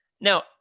now